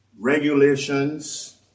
regulations